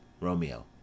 Romeo